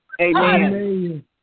Amen